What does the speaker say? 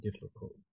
difficult